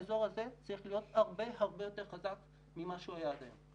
האזור הזה צריך להיות הרבה הרבה יותר חזק ממה שהוא היה עד היום.